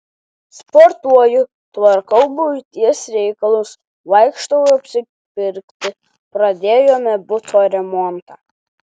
sportuoju tvarkau buities reikalus vaikštau apsipirkti pradėjome buto remontą